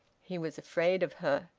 he was afraid of her.